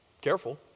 Careful